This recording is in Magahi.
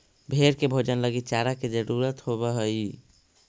भेंड़ के भोजन लगी चारा के जरूरत होवऽ हइ